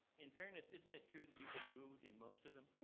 in fairness, isn't it true that you've been booed in most of them?